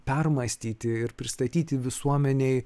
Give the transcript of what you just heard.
permąstyti ir pristatyti visuomenei